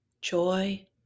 joy